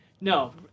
No